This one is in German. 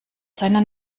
seinen